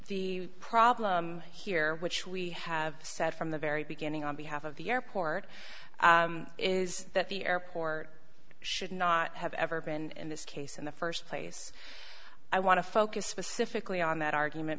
the problem here which we have said from the very beginning on behalf of the airport is that the airport should not have ever been in this case in the first place i want to focus specifically on that argument